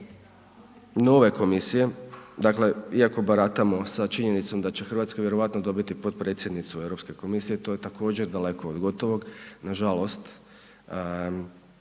nove komisije, dakle iako baratamo sa činjenicom da će Hrvatska vjerojatno dobiti potpredsjednicu Europske komisije, to je također daleko od gotovog. Nažalost,